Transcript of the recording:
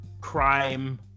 crime